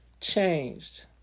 changed